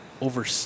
over